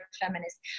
feminist